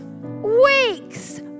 weeks